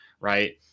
right